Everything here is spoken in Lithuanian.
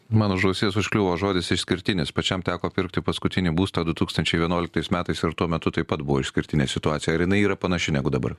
man už ausies užkliuvo žodis išskirtinis pačiam teko pirkti paskutinį būstą du tūkstančiai vienuoliktais metais ir tuo metu taip pat buvo išskirtinė situacija ir jinai yra panaši negu dabar